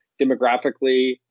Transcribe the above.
demographically